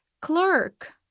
clerk